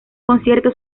concierto